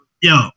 Yo